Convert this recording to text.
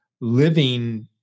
living